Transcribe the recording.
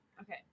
Okay